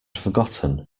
forgotten